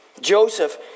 Joseph